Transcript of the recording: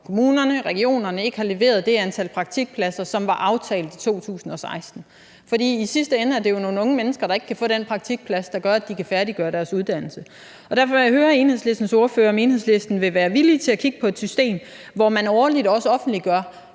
kommunerne, regionerne, ikke har leveret det antal praktikpladser, som var aftalt i 2016. I sidste ende er det jo nogle unge menneske, der ikke kan få den praktikplads, der gør, at de kan færdiggøre deres uddannelse. Derfor vil jeg høre Enhedslistens ordfører, om Enhedslisten vil være villig til at kigge på et system, hvor man årligt også offentliggør,